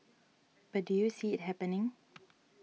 but do you see it happening